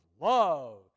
love